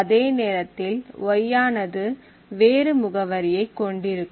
அந்த நேரத்தில் y ஆனது வேறு முகவரியை கொண்டிருக்கும்